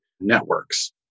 networks